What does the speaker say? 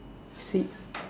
seat